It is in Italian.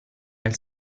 nel